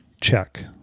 check